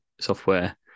software